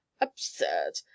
Absurd